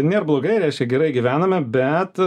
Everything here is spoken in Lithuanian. nėr blogai reiškia gerai gyvename bet